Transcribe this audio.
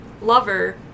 lover